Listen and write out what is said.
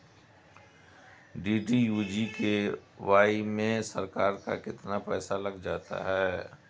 DDU GKY में सरकार का कितना पैसा लग जाता है?